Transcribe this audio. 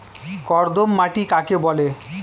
কর্দম মাটি কাকে বলে?